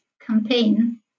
campaign